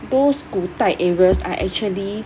those 古代 areas are actually